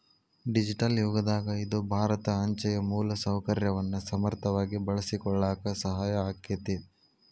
digital ಯುಗದಾಗ ಇದು ಭಾರತ ಅಂಚೆಯ ಮೂಲಸೌಕರ್ಯವನ್ನ ಸಮರ್ಥವಾಗಿ ಬಳಸಿಕೊಳ್ಳಾಕ ಸಹಾಯ ಆಕ್ಕೆತಿ